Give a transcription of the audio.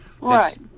right